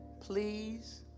please